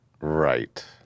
Right